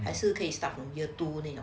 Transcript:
还是可以 start from year two 那样